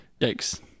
Yikes